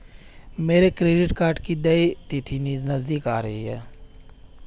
मेरे credit card की देय तिथि नज़दीक आ रही है